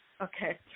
Okay